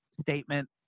statement